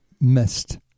missed